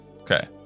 Okay